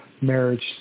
marriage